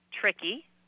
tricky